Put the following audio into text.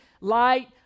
light